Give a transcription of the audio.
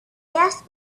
asked